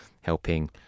helping